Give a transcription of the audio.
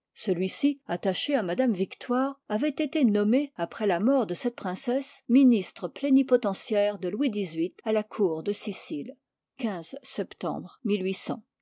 celui-ci iiv ii attaché à m yictoire avoit été nommé après la mort de cette princesse ministre plénipotentiaire de louis xyiii à la cour de sicile